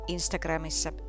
Instagramissa